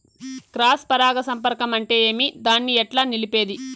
Cross పరాగ సంపర్కం అంటే ఏమి? దాన్ని ఎట్లా నిలిపేది?